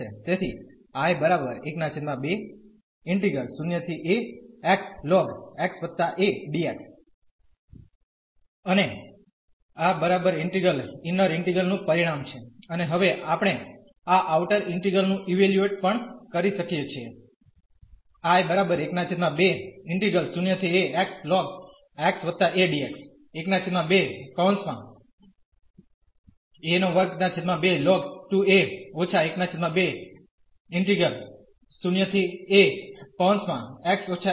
તેથી અને આ બરાબર ઇન્ટીગ્રલ ઇન્નર ઇન્ટીગ્રલ નું પરિણામ છે અને હવે આપણે આ આઉટર ઇન્ટીગ્રલનું ઇવેલ્યુએટ પણ કરી શકીએ છીએ